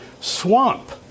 swamp